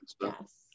Yes